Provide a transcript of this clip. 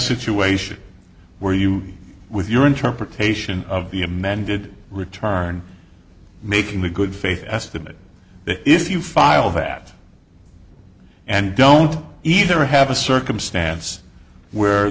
situation where you with your interpretation of the amended return making the good faith estimate that if you file that and don't either have a circumstance where